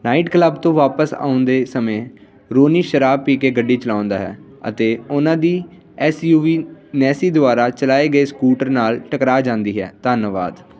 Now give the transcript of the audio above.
night club ਤੋਂ ਵਾਪਸ ਆਉਂਦੇ ਸਮੇਂ ਰੋਨੀ ਸ਼ਰਾਬ ਪੀ ਕੇ ਗੱਡੀ ਚਲਾਉਂਦਾ ਹੈ ਅਤੇ ਉਹਨਾਂ ਦੀ ਐੱਸ ਯੂ ਵੀ ਨੈਸੀ ਦੁਆਰਾ ਚਲਾਏ ਗਏ ਸਕੂਟਰ ਨਾਲ ਟਕਰਾ ਜਾਂਦੀ ਹੈ ਧੰਨਵਾਦ